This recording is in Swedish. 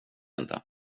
inte